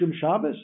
Shabbos